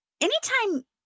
anytime